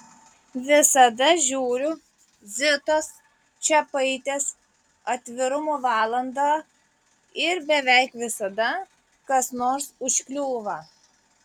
visada žiūriu zitos čepaitės atvirumo valandą ir beveik visada kas nors užkliūva